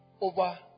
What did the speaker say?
over